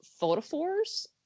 photophores